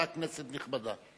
אתה כנסת נכבדה.